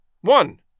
one